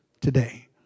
today